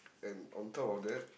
and on top of that